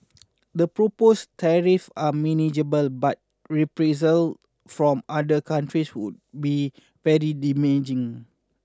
the proposed tariffs are manageable but reprisal from other countries would be very damaging